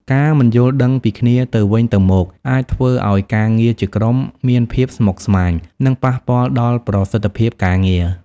ការមិនយល់ដឹងពីគ្នាទៅវិញទៅមកអាចធ្វើឱ្យការងារជាក្រុមមានភាពស្មុគស្មាញ និងប៉ះពាល់ដល់ប្រសិទ្ធភាពការងារ។